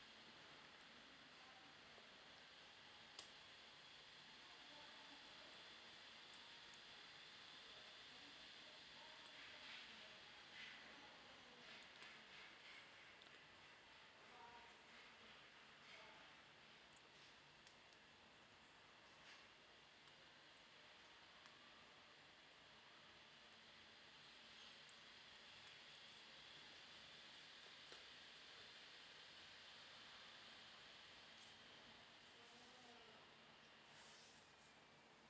mm